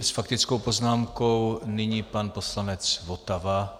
S faktickou poznámkou nyní pan poslanec Votava.